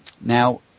Now